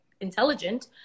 intelligent